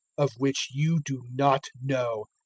of which you do not know.